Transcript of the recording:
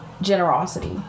Generosity